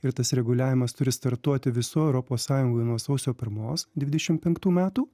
ir tas reguliavimas turi startuoti visoj europos sąjungoj nuo sausio pirmos dvidešim penktų metų